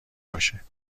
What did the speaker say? باشه